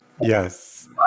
Yes